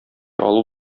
алу